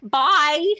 bye